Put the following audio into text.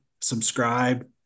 subscribe